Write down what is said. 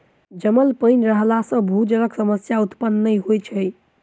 जमल पाइन रहला सॅ भूजलक समस्या उत्पन्न नै होइत अछि